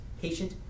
patient